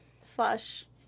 slash